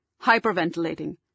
hyperventilating